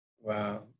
wow